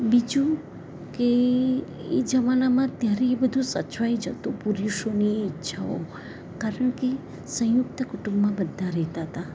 બીજું કે એ જમાનામાં ત્યારે એ બધું સચવાઈ જતું પુરુષોની ઇચ્છાઓ કારણ કે સંયુકત કુટુંબમાં બધાં રહેતાં હતાં